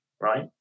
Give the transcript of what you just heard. right